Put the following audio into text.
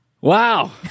wow